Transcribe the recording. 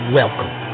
welcome